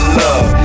love